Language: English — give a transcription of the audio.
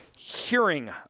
hearing